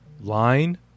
Line